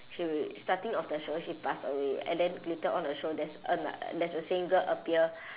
she w~ starting of the show she pass away and then later on the show there's a there's a same girl appear